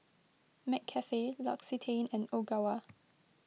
McCafe L'Occitane and Ogawa